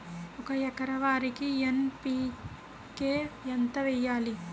ఒక ఎకర వరికి ఎన్.పి.కే ఎంత వేయాలి?